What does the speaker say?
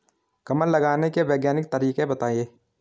कमल लगाने के वैज्ञानिक तरीके बताएं?